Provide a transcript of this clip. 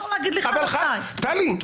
די.